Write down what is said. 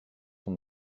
son